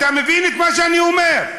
אתה מבין את מה שאני אומר?